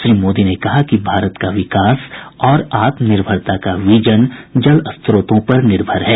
श्री मोदी ने कहा कि भारत का विकास और आत्मनिर्भरता का विजन जल स्त्रोतों पर निर्भर है